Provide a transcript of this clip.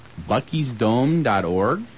Bucky'sDome.org